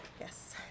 Yes